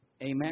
Amen